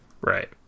Right